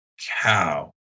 cow